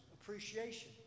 appreciation